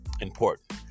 important